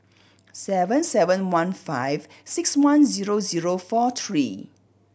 seven seven one five six one zero zero four three